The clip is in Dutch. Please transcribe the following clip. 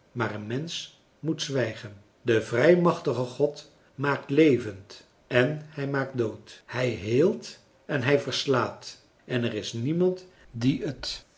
en kennissen mensch moet zwijgen de vrijmachtige god maakt levend en hij maakt dood hij heelt en hij verslaat en er is niemand die it